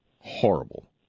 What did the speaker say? Horrible